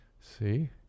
See